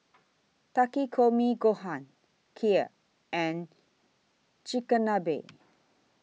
Takikomi Gohan Kheer and Chigenabe